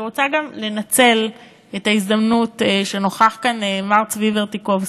אני רוצה גם לנצל את ההזדמנות שנוכח כאן מר צבי ורטיקובסקי,